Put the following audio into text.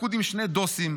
לכוד עם שני דוסים,